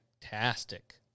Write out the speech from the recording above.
fantastic